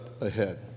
ahead